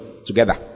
together